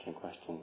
question